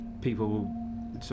people